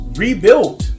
rebuilt